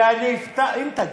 אם תגיעו.